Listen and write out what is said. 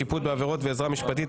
שיפוט בעבירות ועזרה משפטית),